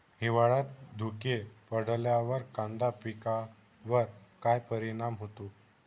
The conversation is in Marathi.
हिवाळ्यात धुके पडल्यावर कांदा पिकावर काय परिणाम होतो?